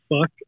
fuck